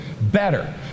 Better